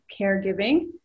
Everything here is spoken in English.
caregiving